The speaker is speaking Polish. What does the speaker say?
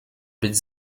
być